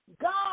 God